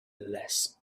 less